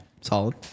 solid